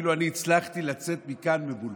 אני אפילו הצלחתי לצאת מכאן מבולבל.